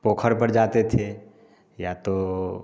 पोखर पर जाते थे या तो